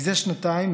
מזה שנתיים,